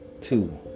two